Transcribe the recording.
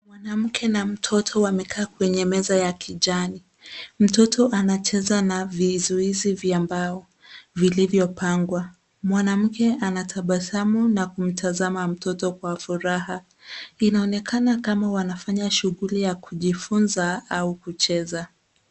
Mwanamke na mtoto wamekaa kwenye meza ya kijani. Mtoto anacheza na vizuizi vya mbao vilivyopangwa. Mwanamke anatabasamu na kumtazama mtoto kwa furaha. Inaonekana kama wanafanya shughuli ya kujifunza au kucheza.